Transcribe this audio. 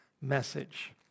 message